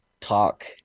talk